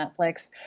Netflix